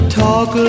talk